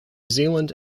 zealand